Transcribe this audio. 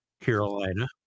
Carolina